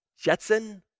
Jetson